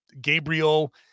Gabriel